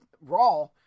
Raw